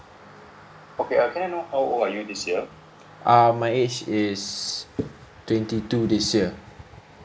uh my age is twenty two this year